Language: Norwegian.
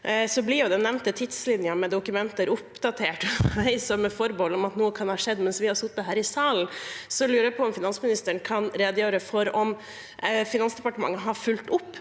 Så blir den nevnte tidslinjen med dokumenter oppdatert, med forbehold om at noe kan ha skjedd mens vi har sittet her i salen. Jeg lurer på om finansministeren kan redegjøre for om Finansdepartementet har fulgt opp